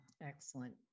Excellent